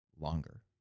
longer